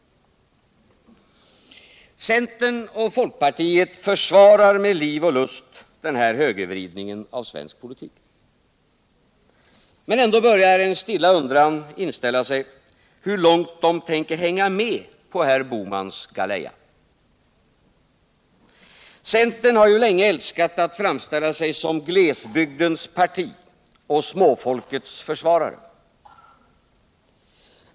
Centern och folkpartiet försvarar med liv och lust den här högervridningen av svensk politik. Men ändå börjar en stilla undran inställa sig hur långt de tänker hänga med på herr Bohmans galeja. Centern har ju länge älskat att framställa sig som glesbygdens parti och småfolkets försvarare.